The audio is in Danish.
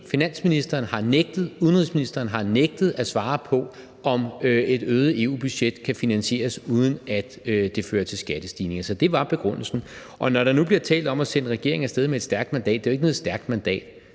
finansministeren har nægtet, udenrigsministeren har nægtet at svare på, om et øget EU-budget kan finansieres, uden at det fører til skattestigninger. Så det var begrundelsen. Og når der nu bliver talt om at sende regeringen af sted med et stærkt mandat, vil jeg sige, at det jo ikke er noget stærkt mandat.